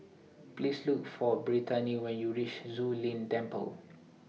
Please Look For Brittany when YOU REACH Zu Lin Temple